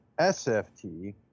sft